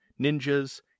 ninjas